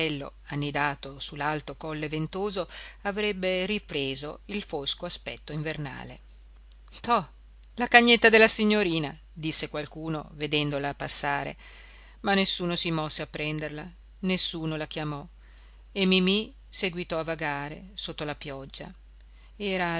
annidato su l'alto colle ventoso avrebbe ripreso il fosco aspetto invernale to la cagnetta della signorina disse qualcuno vedendola passare ma nessuno si mosse a prenderla nessuno la chiamò e mimì seguitò a vagare sotto la pioggia era